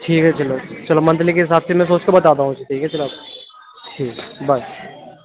ٹھیک ہے چلو چلو منتھلی کے حساب سے میں سوچ کے بتاتا ہوں ٹھیک ہے چلو ٹھیک ہے بائے